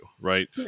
right